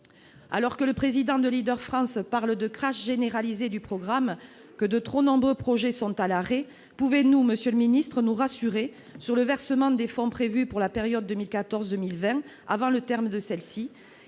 Alors que le président de Leader France parle de « crash généralisé » et que de trop nombreux projets sont à l'arrêt, pouvez-vous, monsieur le ministre, nous rassurer sur le versement des fonds prévus pour la période 2014-2020 avant son terme ? Enfin,